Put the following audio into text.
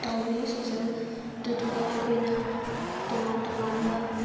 ꯇꯧꯋꯤ ꯁꯣꯁꯦꯜ ꯑꯗꯨꯗꯨꯒ ꯑꯩꯈꯣꯏꯅ ꯇꯣꯉꯥꯟ ꯇꯣꯉꯥꯟꯕ